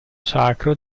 sacro